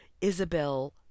Isabel